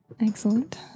Excellent